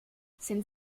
sind